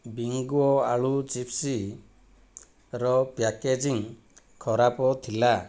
Bingo ଆଳୁ ଚିପ୍ସର packaging ଖରାପ ଥିଲା